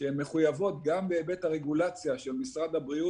שהן מחויבות גם בהיבט הרגולציה של משרד הבריאות